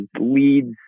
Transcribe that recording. leads